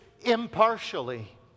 impartially